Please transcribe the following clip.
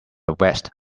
vest